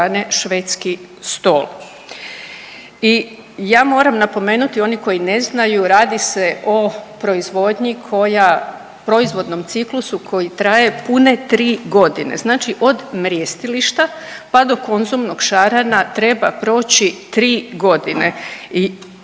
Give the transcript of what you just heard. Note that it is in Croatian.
švedski stol. I ja moram napomenuti oni koji ne znaju radi se o proizvodnji koja proizvodnom ciklusu koji traje pune tri godine, znači od mrjestilišta pa do konzumnog šarana treba proći tri godine i